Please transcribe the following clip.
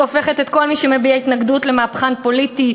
"שהופכת את כל מי שמביע התנגדות למהפכן פוליטי,